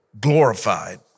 glorified